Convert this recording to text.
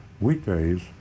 weekdays